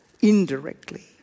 indirectly